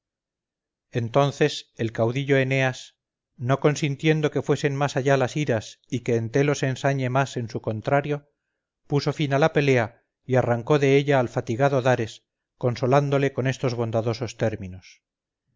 entonces el caudillo eneas no consintiendo que fuesen más allá las iras y que entelo se ensañe más en su contrario puso fin a la pelea y arrancó de ella al fatigado dares consolándole con estos bondadosos términos